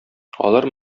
алар